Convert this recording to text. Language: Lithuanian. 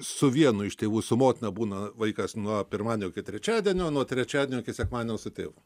su vienu iš tėvų su motina būna vaikas nuo pirmadienio iki trečiadienio o nuo trečiadienio iki sekmadienio su tėvu